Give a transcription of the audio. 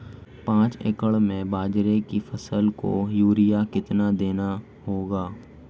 पांच एकड़ में बाजरे की फसल को यूरिया कितनी देनी होगी?